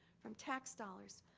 from tax dollars,